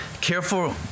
Careful